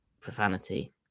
Profanity